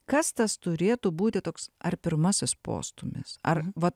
kas tas turėtų būti toks ar pirmasis postūmis ar va